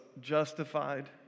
justified